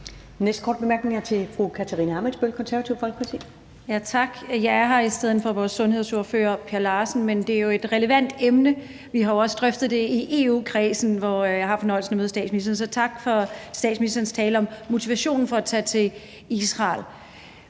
næste korte bemærkning er til fru Katarina Ammitzbøll, Det Konservative Folkeparti. Kl. 13:25 Katarina Ammitzbøll (KF): Tak. Jeg er her i stedet for vores sundhedsordfører, Per Larsen. Det er jo et relevant emne, og vi har også drøftet det i EU-kredsen, hvor jeg har haft fornøjelsen af at møde statsministeren, så tak for statsministerens tale om motivationen for at tage til Israel.